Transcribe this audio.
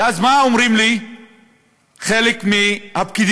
ואז, מה אומרים לי חלק מהפקידים?